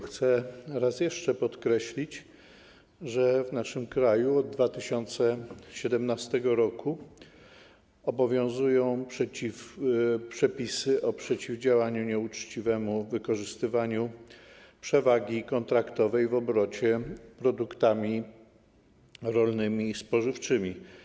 Chcę raz jeszcze podkreślić, że w naszym kraju od 2017 r. obowiązują przepisy o przeciwdziałaniu nieuczciwemu wykorzystywaniu przewagi kontraktowej w obrocie produktami rolnymi i spożywczymi.